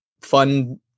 fun